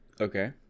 Okay